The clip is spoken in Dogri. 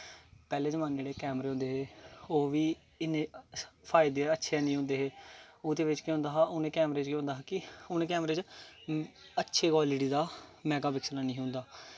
जेह्ड़े पैह्लें जमाने च कैमरे होंदे हे ओह् फायदे ते इन्ने अच्छे निं होंदे हे उ'नें कैमरें च केह् होंदा हा कि उ'नें कैमरें च अच्छी क्वालिटी दा मैगापिकक्सल नेईं होंदा हा